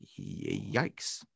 yikes